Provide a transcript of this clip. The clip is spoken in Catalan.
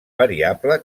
variable